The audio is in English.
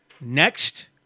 next